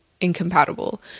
incompatible